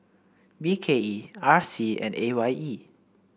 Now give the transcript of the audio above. B K E R C and A Y E